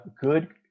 good